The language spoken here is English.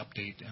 update